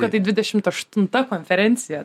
kad tai dvidešimt aštunta konferencija